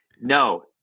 No